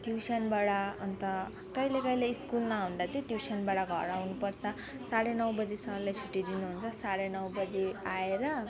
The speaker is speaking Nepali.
ट्युसनबाट अन्त कहिले कहिले स्कुल नआउँदा चाहिँ ट्युसनबाट घर आउनुपर्छ साढे नौ बजी सरले छुट्टी दिनुहुन्छ साढे नौ बजी आएर